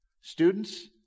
Students